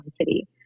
city